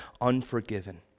unforgiven